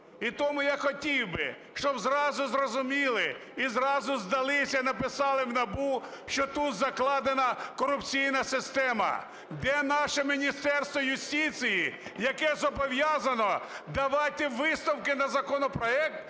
І тому я хотів би, щоб зразу зрозуміли і зразу здалися, написали в НАБУ, що тут закладена корупційна система. Де наше Міністерство юстиції, яке зобов'язано давати висновки на законопроект